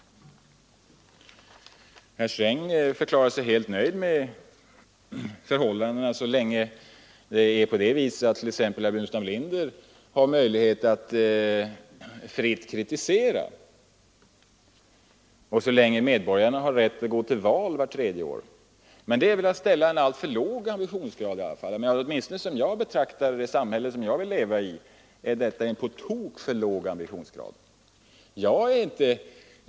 Herr Sträng förklarade sig helt nöjd med förhållandena så länge det är på det viset att t.ex. jag har möjlighet att fritt kritisera och så länge medborgarna har rätt att gå till val vart tredje år. Men det är väl i alla fall att ha en alltför låg ambitionsgrad. Åtminstone för det samhälle som jag vill leva i är denna ambitionsgrad på tok för låg.